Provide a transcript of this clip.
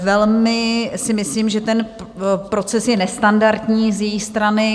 Velmi si myslím, že ten proces je nestandardní z její strany.